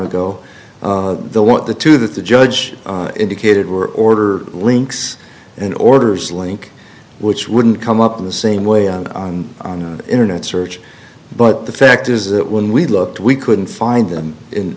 want the two that the judge indicated were order links and orders link which wouldn't come up in the same way on on on an internet search but the fact is that when we looked we couldn't find them in